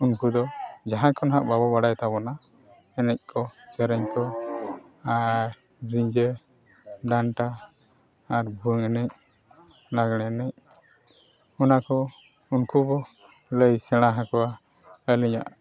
ᱩᱱᱠᱩ ᱫᱚ ᱡᱟᱦᱟᱸᱭ ᱠᱚ ᱱᱟᱦᱟᱜ ᱵᱟᱵᱚ ᱵᱟᱲᱟᱭ ᱛᱟᱵᱚᱱᱟ ᱮᱱᱮᱡ ᱠᱚ ᱥᱮᱨᱮᱧ ᱠᱚ ᱟᱨ ᱨᱤᱸᱡᱷᱟᱹ ᱰᱟᱱᱴᱟ ᱟᱨ ᱵᱷᱩᱣᱟᱹᱝ ᱮᱱᱮᱡ ᱞᱟᱜᱽᱬᱮ ᱮᱱᱮᱡ ᱚᱱᱟ ᱠᱚ ᱩᱱᱠᱩ ᱠᱚ ᱞᱟᱹᱭ ᱥᱮᱬᱟ ᱟᱠᱚᱣᱟ ᱟᱹᱞᱤᱧᱟᱜ